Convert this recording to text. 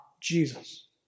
Jesus